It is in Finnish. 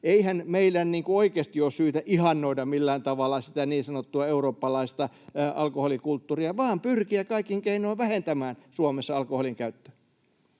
eihän meidän oikeasti ole syytä ihannoida millään tavalla sitä niin sanottua eurooppalaista alkoholikulttuuria, vaan pyrkiä kaikin keinoin vähentämään Suomessa alkoholinkäyttöä.